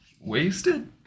Wasted